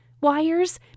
wires